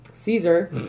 Caesar